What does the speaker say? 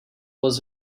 was